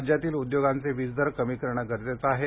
राज्यातील उद्योगांचे वीज दर कमी करणं गरजेचं आहे